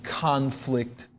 conflict